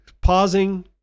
pausing